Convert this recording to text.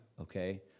Okay